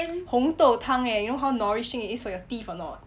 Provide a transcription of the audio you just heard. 红豆汤 eh you know how nourishing it is for your teeth or not